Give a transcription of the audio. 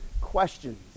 questions